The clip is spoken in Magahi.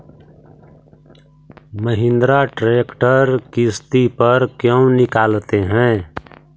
महिन्द्रा ट्रेक्टर किसति पर क्यों निकालते हैं?